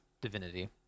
Divinity